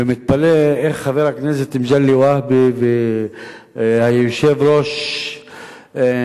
ומתפלא איך חבר הכנסת מגלי והבה והיושב-ראש נהנים